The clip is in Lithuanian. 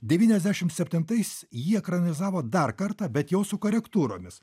devyniasdešim septintais jį ekranizavo dar kartą bet jau su korektūromis